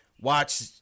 watch